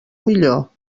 millor